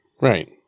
Right